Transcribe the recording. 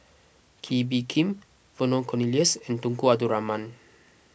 Kee Bee Khim Vernon Cornelius and Tunku Abdul Rahman